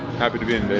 happy to be in